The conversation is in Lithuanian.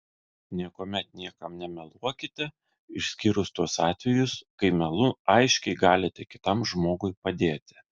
niekuomet niekam nemeluokite išskyrus tuos atvejus kai melu aiškiai galite kitam žmogui padėti